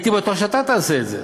שאתה תעשה את זה,